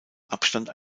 abstand